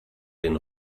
den